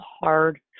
hard